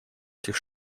этих